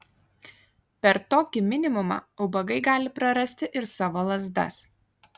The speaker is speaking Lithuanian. per tokį minimumą ubagai gali prarasti ir savo lazdas